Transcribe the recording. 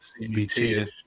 CBT